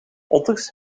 otters